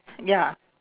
ya